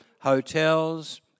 hotels